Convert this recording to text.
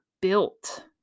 built